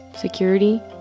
Security